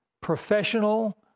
professional